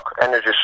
Energy